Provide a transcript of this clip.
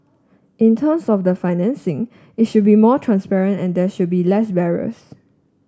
in terms of the financing it should be more transparent and there should be less barriers